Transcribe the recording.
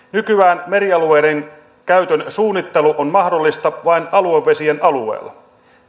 nykyään merialueiden käytön suunnittelu on mahdollista vain aluevesien alueella